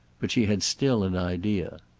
but she had still an idea.